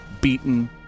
beaten